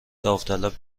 داوطلب